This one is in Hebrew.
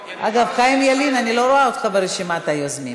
אגב, חיים ילין, אני לא רואה אותך ברשימת היוזמים.